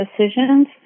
decisions